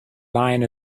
line